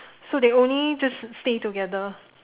so they only just stay together